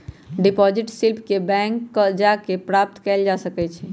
deposit slip के bank जा कऽ प्राप्त कएल जा सकइ छइ